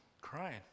crying